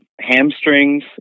hamstrings